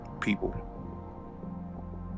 People